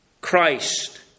Christ